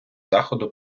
заходу